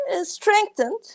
strengthened